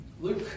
Luke